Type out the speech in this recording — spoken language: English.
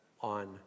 on